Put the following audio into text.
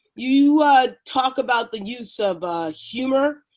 you talk about the use of humor,